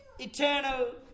eternal